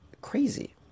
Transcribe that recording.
Crazy